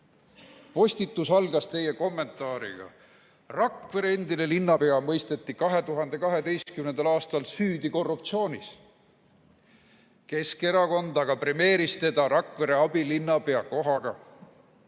Postitus algas teie kommentaariga. "Rakvere endine linnapea mõisteti 2012. aastal süüdi korruptsioonis. Keskerakond aga premeeris teda Rakvere abilinnapea kohaga.